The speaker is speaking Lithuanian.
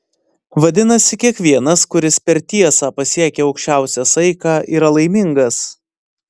vadinasi kiekvienas kuris per tiesą pasiekia aukščiausią saiką yra laimingas